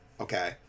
Okay